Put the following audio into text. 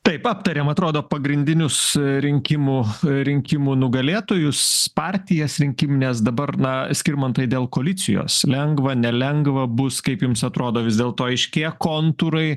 taip aptarėm atrodo pagrindinius rinkimų rinkimų nugalėtojus partijas rinkimines dabar na skirmantai dėl koalicijos lengva nelengva bus kaip jums atrodo vis dėlto aiškėja kontūrai